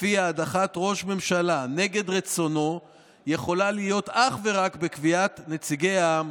שלפיה הדחת ראש ממשלה נגד רצונו יכולה להיות אך ורק בקביעת נציגי העם,